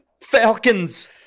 falcons